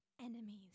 enemies